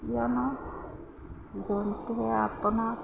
কিয়নো জন্তুৱে আপোনাক